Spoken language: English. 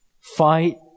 fight